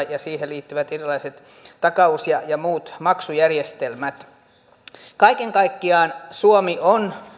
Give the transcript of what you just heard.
ja siihen liittyvät erilaiset takaus ja ja muut maksujärjestelmät ovat erittäin kannatettavia kaiken kaikkiaan suomi on